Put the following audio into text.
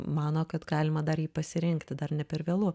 mano kad galima dar jį pasirinkti dar ne per vėlu